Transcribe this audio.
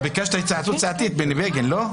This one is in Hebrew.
אתה ביקשת התייעצות סיעתית בני בגין, לא?